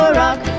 rock